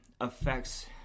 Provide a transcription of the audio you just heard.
affects